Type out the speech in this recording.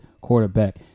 quarterback